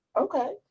Okay